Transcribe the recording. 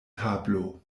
tablo